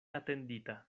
atendita